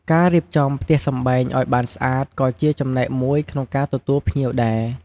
ការរៀបចំផ្ទះសម្បែងឱ្យបានស្អាតក៏ជាចំណែកមួយក្នុងការទទួលភ្ញៀវដែរ។